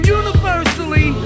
universally